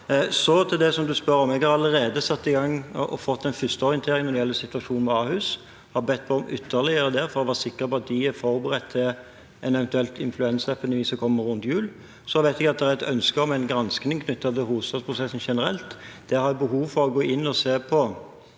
i gang og fått en første orientering når det gjelder situasjonen ved Ahus, og har bedt om ytterligere for å være sikker på at de er forberedt på en eventuell influensaepidemi som kommer rundt jul. Så vet jeg at det er et ønske om en granskning knyttet til hovedstadsprosessen generelt. Der har jeg behov for å gå inn og se på